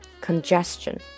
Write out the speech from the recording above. Congestion